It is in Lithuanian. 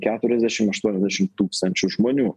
keturiasdešim aštuoniasdešim tūkstančių žmonių